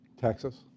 Texas